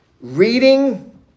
Reading